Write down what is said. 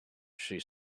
she